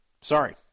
Sorry